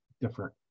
different